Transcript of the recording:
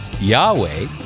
Yahweh